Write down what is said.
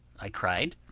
i cried.